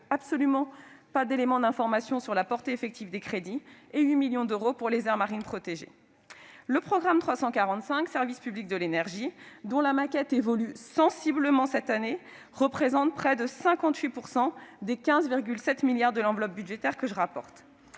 aucun élément sur la portée effective de ces crédits ; et 8 millions d'euros sont affectés aux aires marines protégées. Le programme 345, « Service public de l'énergie », dont la maquette évolue sensiblement cette année, représente près de 58 % des 15,7 milliards d'euros de l'enveloppe budgétaire que je rapporte.